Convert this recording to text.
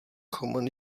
common